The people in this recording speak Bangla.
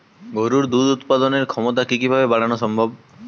গরুর দুধ উৎপাদনের ক্ষমতা কি কি ভাবে বাড়ানো সম্ভব?